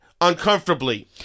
uncomfortably